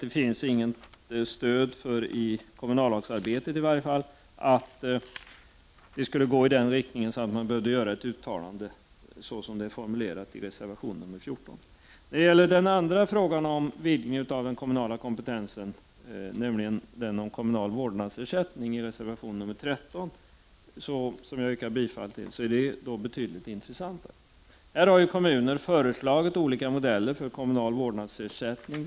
Det fanns inget stöd i kommunallagskommittén i varje fall till uppfattningen att utvecklingen skulle gå i en sådan riktning att det var motiverat att göra ett uttalande så som det är formulerat i reservation 14. Den andra frågan om en utvidgning av kommunal kompetens, nämligen den om kommunal vårdnadsersättning i reservation 13 som jag yrkar bifall till, är betydligt intressantare. Här har kommuner föreslagit olika modeller för kommunal vårdnadsersättning.